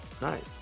nice